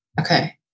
Okay